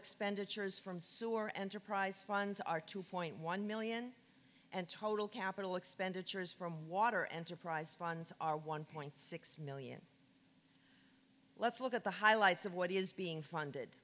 expenditures from sewer enterprise funds are two point one million and total capital expenditures from water enterprise funds are one point six million let's look at the highlights of what is being funded